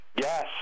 yes